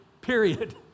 period